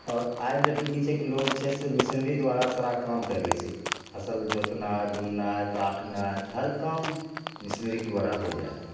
और आइके डेटमे की छै कि लोग जे छै से मशीनरी द्वारा सारा काम कैर लै छै फसल जोतनाइ बुननाइ काटनाइ हर काम मशीनरीके द्वारा होइ जाइ हइ